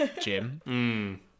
Jim